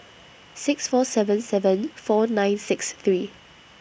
six four seven seven four nine six three